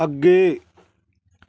ਅੱਗੇ